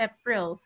April